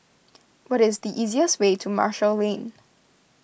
what is the easiest way to Marshall Lane